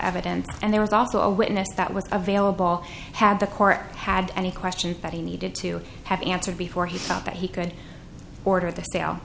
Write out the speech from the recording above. evidence and there was also a witness that was available had the court had any question that he needed to have answered before he thought that he could order the sta